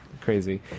Crazy